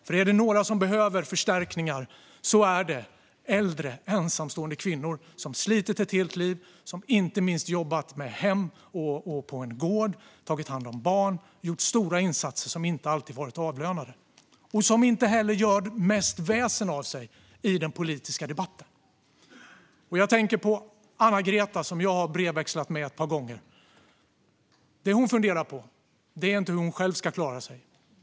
För om det är några som behöver förstärkningar så är det äldre ensamstående kvinnor som slitit ett helt liv, som jobbat inte minst i hemmet eller på en gård, tagit hand om barn och gjort stora insatser, som inte alltid varit avlönade och som inte heller gör mest väsen av sig i den politiska debatten. Jag tänker på Anna-Greta som jag har brevväxlat med ett par gånger. Det som hon funderar på är inte hur hon själv ska klara sig.